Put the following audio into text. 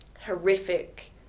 horrific